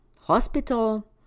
hospital